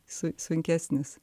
su sunkesnės